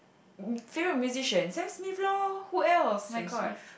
favorite musician Sam-Smith lor who else my god